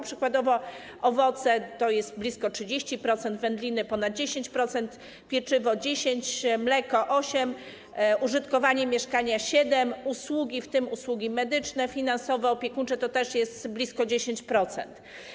Przykładowo owoce to jest blisko 30%, wędliny ponad 10, pieczywo 10, mleko 8, użytkowanie mieszkania 7, usługi, w tym usługi medyczne, finansowe, opiekuńcze, to też jest blisko 10%.